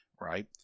Right